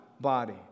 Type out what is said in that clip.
body